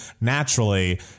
naturally